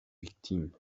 victimes